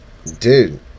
Dude